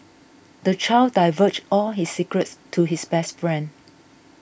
the child divulged all his secrets to his best friend